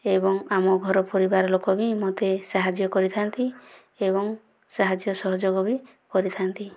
ଏବଂ ଆମ ଘର ପରିବାର ଲୋକ ବି ମୋତେ ସାହାଯ୍ୟ କରିଥାନ୍ତି ଏବଂ ସାହାଯ୍ୟ ସହଯୋଗ ବି କରିଥାନ୍ତି